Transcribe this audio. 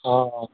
অঁ